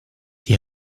die